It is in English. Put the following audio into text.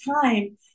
time